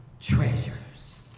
treasures